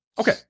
Okay